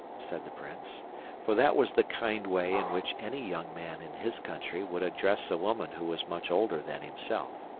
said the prince for that was the kind way in which any young man in his country would address a woman who was much older than himself.